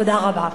תודה רבה.